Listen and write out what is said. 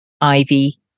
ivy